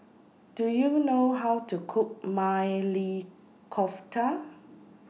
Do YOU know How to Cook Maili Kofta